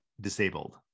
disabled